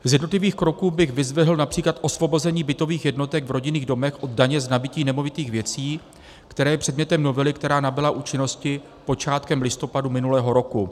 Z jednotlivých kroků bych vyzdvihl například osvobození bytových jednotek v rodinných domech od daně z nabytí nemovitých věcí, které je předmětem novely, která nabyla účinnosti počátkem listopadu minulého roku.